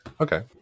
Okay